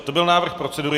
To byl návrh procedury.